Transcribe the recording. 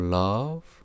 love